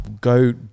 go